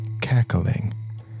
cackling